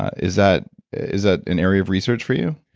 is that is that an area of research for you?